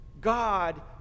God